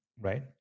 right